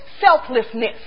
selflessness